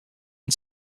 and